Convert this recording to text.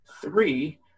Three